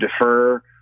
defer